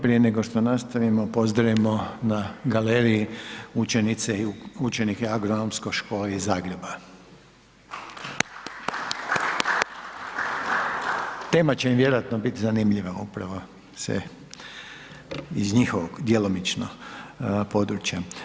Prije nego što nastavimo, pozdravimo na galeriji učenice i učenike Agronomske škole iz Zagreba … Tema će im vjerojatno bit zanimljiva, upravo se iz njihovog djelomično područja.